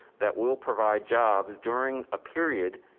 that will provide jobs during a period,